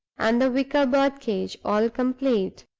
and the wicker bird-cage, all complete.